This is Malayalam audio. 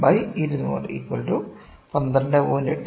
8 mm 3